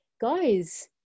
guys